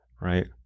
right